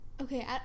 okay